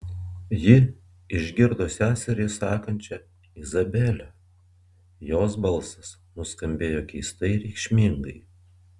ji išgirdo seserį sakančią izabele jos balsas nuskambėjo keistai reikšmingai